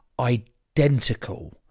identical